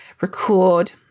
record